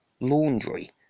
laundry